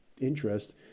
interest